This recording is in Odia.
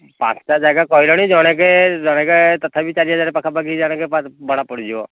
ପାଞ୍ଚଟା ଜାଗା କହିଲଣି ଜଣକେ ଜଣକେ ତଥାପି ଚାରି ହଜାର ପାଖାପାଖି ଜଣକେ ଭଡ଼ା ପଡ଼ିଯିବ